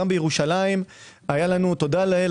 גם בירושלים היתה לנו תודה לאל,